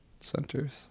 centers